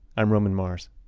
i'm roman mars